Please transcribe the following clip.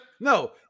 No